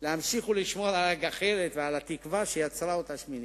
להמשיך לשמור על הגחלת ועל התקווה שיצרה אותה שמינייה.